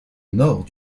nord